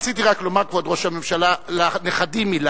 רציתי רק לומר, כבוד ראש הממשלה, לנכדים מלה: